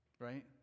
Right